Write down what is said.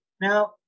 Now